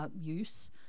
use